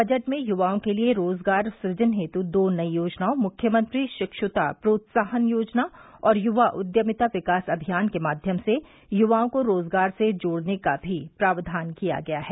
budget में य्वाओं के लिए रोजगार सुजन हेत् दो नयी योजनाओं मुख्यमंत्री शिक्षता प्रोत्साहन योजना और य्वा उद्यमिता विकास अभियान के माध्यम से युवाओं को रोजगार से जोड़ने का भी प्रावधान किया गया है